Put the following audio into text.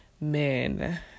men